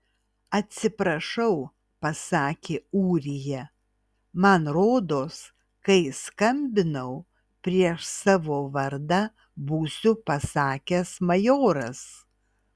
atsiprašau pasakė ūrija man rodos kai skambinau prieš savo vardą būsiu pasakęs majoras